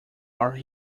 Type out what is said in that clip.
are